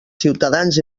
ciutadans